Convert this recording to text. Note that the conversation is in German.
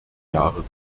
jahre